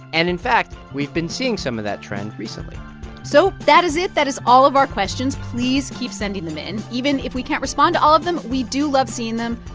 and in fact, we've been seeing some of that trend recently so that is it. that is all of our questions. please keep sending them in. even if we can't respond to all of them, we do love seeing them.